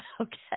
Okay